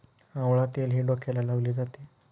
आवळा तेलही डोक्याला लावले जाते